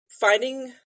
finding